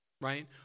right